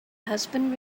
husband